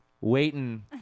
waiting